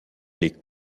les